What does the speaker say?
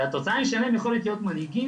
והתוצאה היא שאין להם יכולת להיות מנהיגים,